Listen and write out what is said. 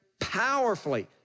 powerfully